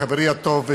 חברי הטוב,